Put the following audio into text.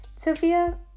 Sophia